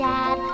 Dad